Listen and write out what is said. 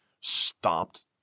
stopped